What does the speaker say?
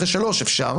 אחרי שלושה אפשר,